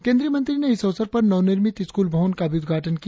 केंद्रीय मंत्री ने इस अवसर पर नवनिर्मित स्कूल भवन का भी उद्घाटन किया